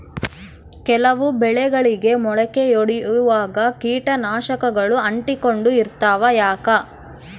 ಕೆಲವು ಬೆಳೆಗಳಿಗೆ ಮೊಳಕೆ ಒಡಿಯುವಾಗ ಕೇಟನಾಶಕಗಳು ಅಂಟಿಕೊಂಡು ಇರ್ತವ ಯಾಕೆ?